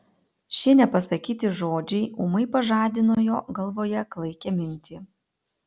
šie nepasakyti žodžiai ūmai pažadino jo galvoje klaikią mintį